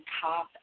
Top